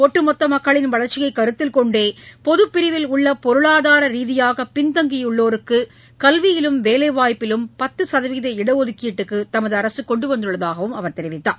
ஒட்டுமொத்த மக்களின் வளர்ச்சியை கருத்தில்கொண்டே பொதுப்பிரிவில் உள்ள பொருளாதார ரீதியாக பின்தங்கியுள்ளோருக்கு கல்வியிலும் வேலைவாய்ப்பிலும் பத்து சதவீத இடஒதுக்கீட்டுக்கு தமது அரசு கொண்டுவந்துள்ளதாக தெரிவித்தார்